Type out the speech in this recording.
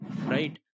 right